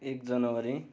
एक जनवरी